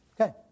Okay